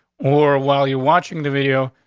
or while you're watching the video,